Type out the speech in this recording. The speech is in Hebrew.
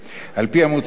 לאחר שניתן פטנט,